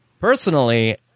personally